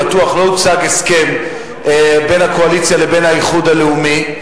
בטוח: לא הוצג הסכם בין הקואליציה לבין האיחוד הלאומי.